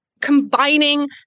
combining